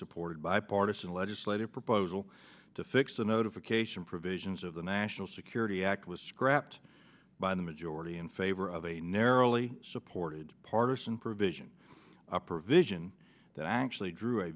supported bipartisan legislative proposal to fix the notification provisions of the national security act was scrapped by the majority in favor of a narrowly supported partisan provision a provision that actually drew a